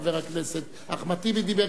חבר הכנסת אחמד טיבי דיבר,